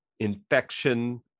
Infection